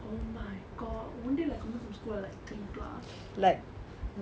oh my god wouldn't they come back from school at like three plus